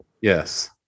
Yes